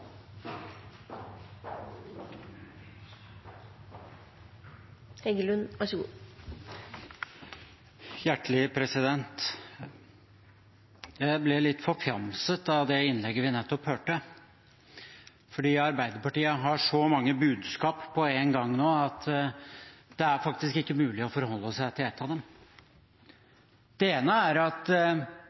Jeg ble litt forfjamset av det innlegget vi nettopp hørte, fordi Arbeiderpartiet har så mange budskap på en gang nå at det er faktisk ikke mulig å forholde seg til ett av dem. Det ene er at